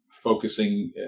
Focusing